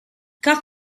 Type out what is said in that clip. got